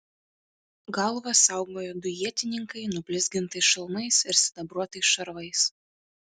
galvas saugojo du ietininkai nublizgintais šalmais ir sidabruotais šarvais